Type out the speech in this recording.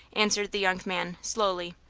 answered the young man, slowly.